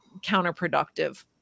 counterproductive